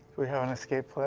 we have an escape